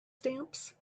stamps